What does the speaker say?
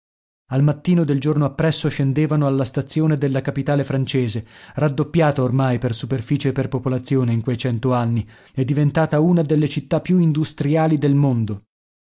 al mattino del giorno appresso scendevano alla stazione della capitale francese raddoppiata ormai per superficie e per popolazione in quei cento anni e diventata una delle città più industriali del mondo